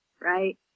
Right